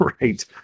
Right